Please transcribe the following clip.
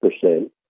percent